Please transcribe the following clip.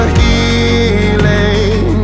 healing